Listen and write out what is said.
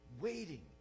waiting